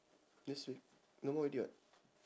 this week no more already [what]